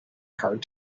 hard